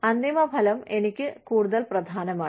അന്തിമഫലം എനിക്ക് കൂടുതൽ പ്രധാനമാണ്